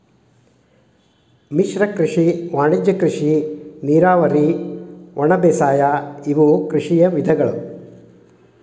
ಮಿಶ್ರ ಕೃಷಿ ವಾಣಿಜ್ಯ ಕೃಷಿ ನೇರಾವರಿ ಒಣಬೇಸಾಯ ಇವು ಕೃಷಿಯ ವಿಧಗಳು